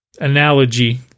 Analogy